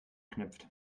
knüpft